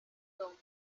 don